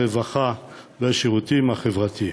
הרווחה והשירותים החברתיים.